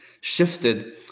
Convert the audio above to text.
shifted